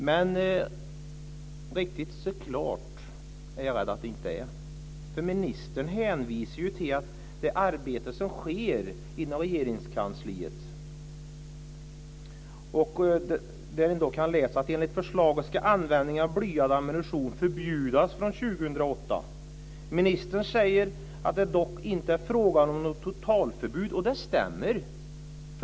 Men riktigt så klart är jag rädd att det inte är, för ministern hänvisar till det arbete som sker inom Regeringskansliet. Man kan läsa att användningen av blyad ammunition enligt förslaget ska förbjudas från 2008. Ministern säger att det dock inte är frågan om något totalförbud, och det stämmer.